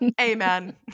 Amen